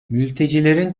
mültecilerin